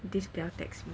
this belle text me